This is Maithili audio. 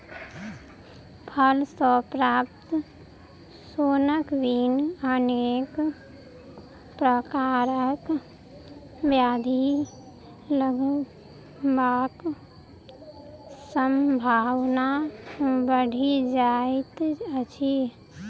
फल सॅ प्राप्त सोनक बिन अनेक प्रकारक ब्याधि लगबाक संभावना बढ़ि जाइत अछि